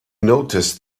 noticed